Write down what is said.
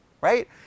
right